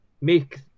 make